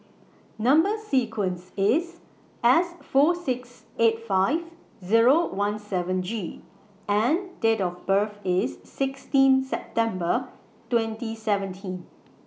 Number sequence IS S four six eight five Zero one seven G and Date of birth IS sixteen September twenty seventeen